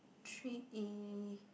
three E